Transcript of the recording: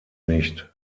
nicht